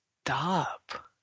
stop